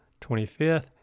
25th